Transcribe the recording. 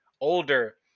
older